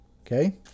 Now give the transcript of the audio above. okay